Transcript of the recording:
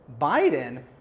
biden